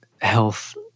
health